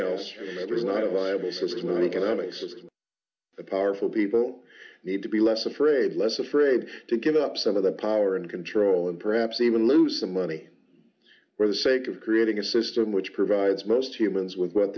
the powerful people need to be less afraid less afraid to give up some of the power and control and perhaps even lose the money for the sake of creating a system which provides most humans with what